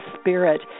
Spirit